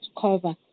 cover